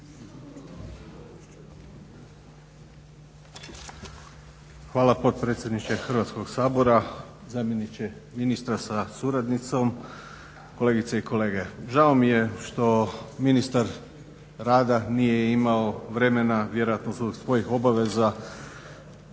Hvala potpredsjedniče Hrvatskog sabora, zamjeniče ministra sa suradnicom, kolegice i kolege. Žao mi je što ministar rada nije imao vremena, vjerojatno zbog svojih obaveza